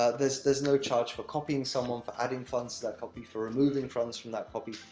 ah there's there's no charge for copying someone, for adding funds to that copy, for removing funds from that copy.